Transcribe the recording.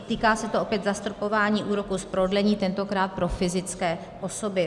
Týká se to opět zastropování úroku z prodlení, tentokrát pro fyzické osoby.